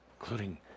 including